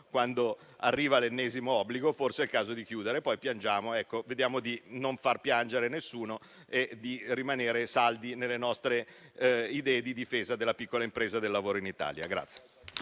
quando arriva l'ennesimo obbligo e si dice che forse è il caso di chiudere. Siccome poi piangiamo, vediamo di non far piangere nessuno e di rimanere saldi nelle nostre idee di difesa della piccola impresa e del lavoro in Italia.